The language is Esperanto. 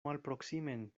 malproksimen